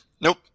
Nope